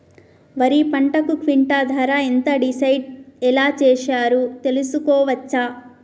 వరి పంటకు క్వింటా ధర ఎంత డిసైడ్ ఎలా చేశారు తెలుసుకోవచ్చా?